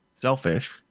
selfish